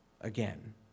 again